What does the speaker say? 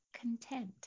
content